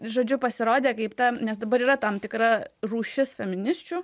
žodžiu pasirodė kaip ta nes dabar yra tam tikra rūšis feminisčių